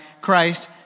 Christ